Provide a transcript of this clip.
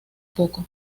poco